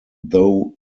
though